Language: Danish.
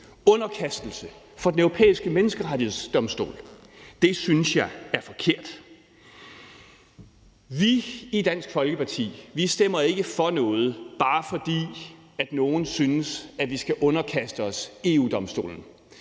underkastelse for Den Europæiske Menneskerettighedsdomstol. Det synes jeg er forkert. Vi i Dansk Folkeparti stemmer ikke for noget, bare fordi nogen synes, vi skal underkaste os EU-Domstolen.